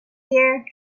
here